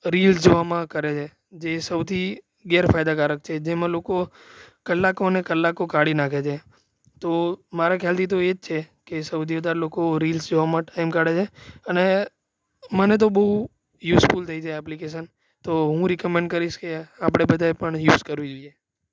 reels જોવામાં કરે છે જે સૌથી ગેરફાયદાકારક છે જેમાં લોકો કલાકો અને કલાકો કાઢી નાખે છે તો મારા ખ્યાલથી તો એ જ છે કે સૌથી વધારે લોકો રીલ્સ જોવામાં ટાઈમ કાઢે છે અને મને તો બહુ યુઝફૂલ થઈ છે આ એપ્લિકેશન તો હું રિકમેન્ડ કરીશ કે આપણે બધાએ પણ યુઝ કરવી જોઈએ